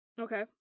Okay